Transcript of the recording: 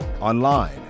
online